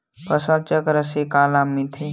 फसल चक्र से का लाभ मिलथे?